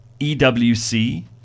EWC